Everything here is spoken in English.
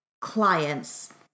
clients